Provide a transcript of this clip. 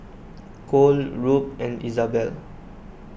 Cole Rube and Izabelle